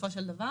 בסופו של דבר.